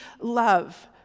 love